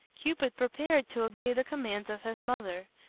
cupid prepared to obey the commands of his mother.